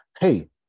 hey